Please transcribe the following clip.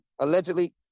allegedly